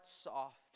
soft